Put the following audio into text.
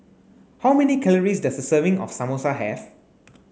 how many calories does a serving of Samosa have